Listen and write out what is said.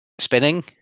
spinning